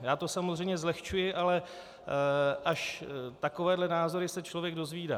Já to samozřejmě zlehčuji, ale až takovéhle názory se člověk dozvídá.